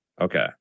okay